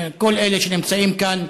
לכל אלה שנמצאים כאן,